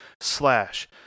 slash